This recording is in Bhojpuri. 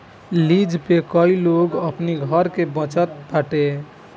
लिज पे कई लोग अपनी घर के बचत बाटे